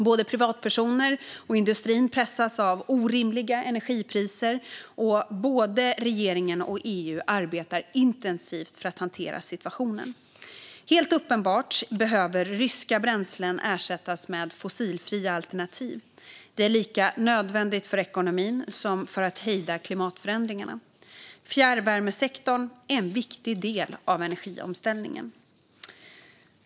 Både privatpersoner och industrin pressas av orimliga energipriser, och både regeringen och EU arbetar intensivt för att hantera situationen. Helt uppenbart behöver ryska bränslen ersättas med fossilfria alternativ. Det är lika nödvändigt för ekonomin som för att hejda klimatförändringarna. Fjärrvärmesektorn är en viktig del av energiomställningen.